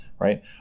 right